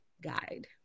guide